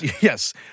Yes